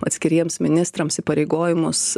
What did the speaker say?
atskiriems ministrams įpareigojimus